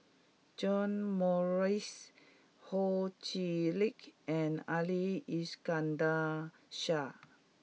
John Morrice Ho Chee Lick and Ali Iskandar Shah